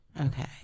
okay